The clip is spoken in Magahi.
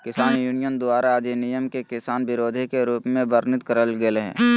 किसान यूनियन द्वारा अधिनियम के किसान विरोधी के रूप में वर्णित करल गेल हई